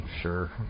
Sure